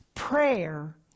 Prayer